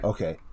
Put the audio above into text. Okay